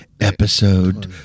episode